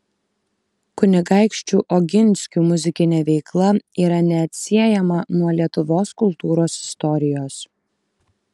kunigaikščių oginskių muzikinė veikla yra neatsiejama nuo lietuvos kultūros istorijos